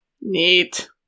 Neat